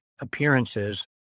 appearances